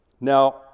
Now